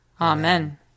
Amen